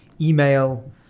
email